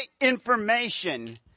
information